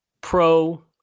pro